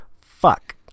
fuck